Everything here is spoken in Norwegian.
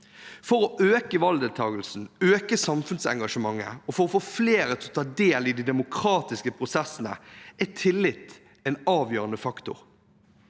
For å øke valgdeltakelsen, for å øke samfunnsengasjementet og for å få flere til å ta del i de demokratiske prosessene er tillit en avgjørende faktor,